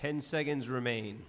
ten seconds remain